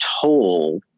toll